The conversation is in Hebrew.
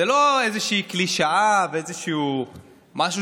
זו לא איזושהי קלישאה ואיזשהו משהו